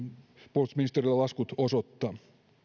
puolustusministeriölle laskut osoittaa